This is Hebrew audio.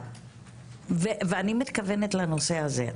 ואני מתכוונת לנושא הזה.